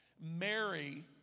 Mary